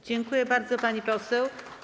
Dziękuję bardzo, pani poseł.